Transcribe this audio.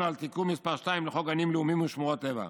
על תיקון מס' 2 לחוק גנים לאומיים ושמורות טבע.